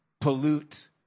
pollute